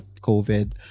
COVID